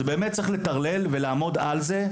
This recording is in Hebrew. באמת צריך לטרלל ולעמוד על זה.